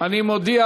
אני מודיע,